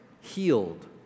healed